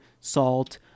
salt